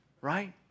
right